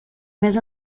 més